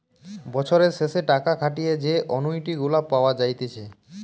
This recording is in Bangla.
বছরের শেষে টাকা খাটিয়ে যে অনুইটি গুলা পাওয়া যাইতেছে